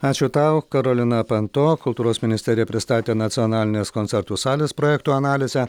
ačiū tau karolina panto kultūros ministerija pristatė nacionalinės koncertų salės projektų analizę